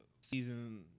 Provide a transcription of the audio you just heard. season